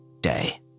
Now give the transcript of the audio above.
day